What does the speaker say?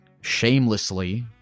shamelessly